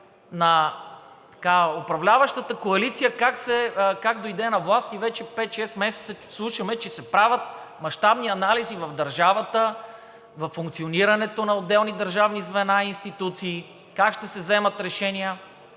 на управляващата коалиция как дойде на власт и вече пет – шест месеца слушаме, че се правят мащабни анализи в държавата, във функционирането на отделни държавни звена и институции, как ще се вземат решения